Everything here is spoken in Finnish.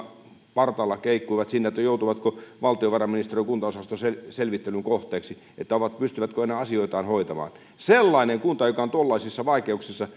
partaalla keikkuivat siinä että joutuvatko valtiovarainministeriön kuntaosaston selvittelyn kohteeksi pystyvätkö enää asioitaan hoitamaan sellainen kunta joka on tuollaisissa vaikeuksissa